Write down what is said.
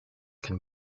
can